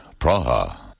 Praha